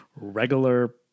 regular